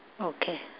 Okay